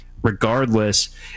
Regardless